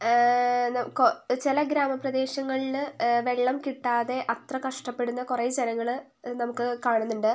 ചില ഗ്രാമ പ്രദേശങ്ങളിൽ വെള്ളം കിട്ടാതെ അത്ര കഷ്ടപ്പെടുന്ന കുറേ ജനങ്ങൾ നമുക്ക് കാണുന്നുണ്ട്